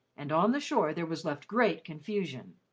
and on the shore there was left great confusion